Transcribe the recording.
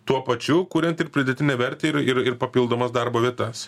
tuo pačiu kuriant ir pridėtinę vertę ir ir ir papildomas darbo vietas